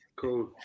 cool